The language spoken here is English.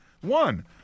One